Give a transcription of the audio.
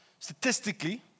statistically